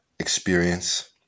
experience